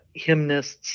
hymnists